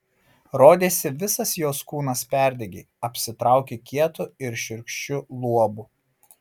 rodėsi visas jos kūnas perdegė apsitraukė kietu ir šiurkščiu luobu